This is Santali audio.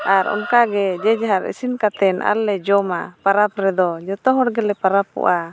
ᱟᱨ ᱚᱱᱠᱟᱜᱮ ᱡᱮ ᱡᱷᱟᱨ ᱤᱥᱤᱱ ᱠᱟᱛᱮᱫ ᱟᱨᱞᱮ ᱡᱚᱢᱟ ᱯᱚᱨᱚᱵᱽ ᱨᱮᱫᱚ ᱡᱚᱛᱚ ᱦᱚᱲ ᱜᱮᱞᱮ ᱯᱚᱨᱚᱵᱚᱜᱼᱟ